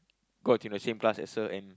got into the same class as her and